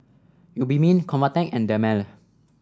Obimin Convatec and Dermale